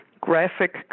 graphic